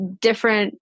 different